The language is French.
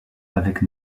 avec